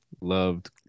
Loved